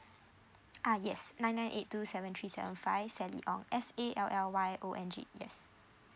ah yes nine nine eight two seven three seven five sally ong S A L L Y O N G yes